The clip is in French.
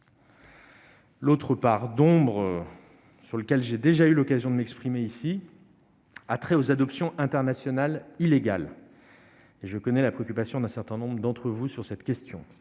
L'autre part d'ombre sur laquelle j'ai déjà eu l'occasion de m'exprimer ici a trait aux adoptions internationales illégales. Je connais la préoccupation d'un certain nombre d'entre vous sur cette question.